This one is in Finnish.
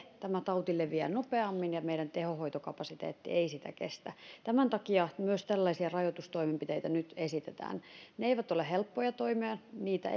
tämä tauti leviää nopeammin ja meidän tehohoitokapasiteettimme ei sitä kestä tämän takia myös tällaisia rajoitustoimenpiteitä nyt esitetään ne eivät ole helppoja toimia niitä